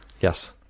Yes